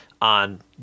on